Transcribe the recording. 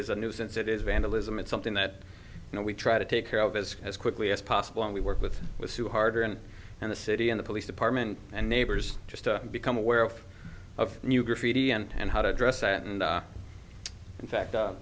is a nuisance it is vandalism it's something that you know we try to take care of as as quickly as possible and we work with sue harder and and the city and the police department and neighbors just to become aware of you graffiti and how to address that and in fact